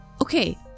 Okay